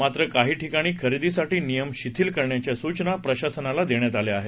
मात्र काही ठिकाणी खरेदीसाठी नियम शिथील करण्याच्या सुचना प्रशासनाला दिल्या आहेत